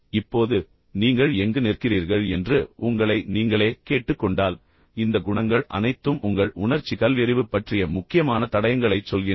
இப்போது நீங்கள் எங்கு நிற்கிறீர்கள் என்று உங்களை நீங்களே கேட்டுக்கொண்டால் இந்த குணங்கள் அனைத்தும் உங்கள் உணர்ச்சி கல்வியறிவு பற்றிய முக்கியமான தடயங்களைச் சொல்கின்றன